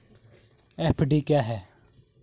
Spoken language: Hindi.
एफ.डी क्या है?